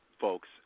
folks